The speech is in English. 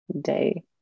day